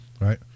Right